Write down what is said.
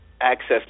access